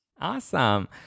Awesome